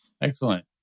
Excellent